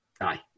aye